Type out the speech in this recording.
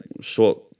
short